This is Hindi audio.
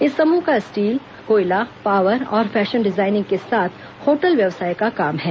इस समूह का स्टील कोयला पावर और फैशन डिजाइनिंग के साथ होटल व्यवसाय का काम है